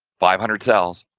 five hundred cells.